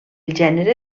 gènere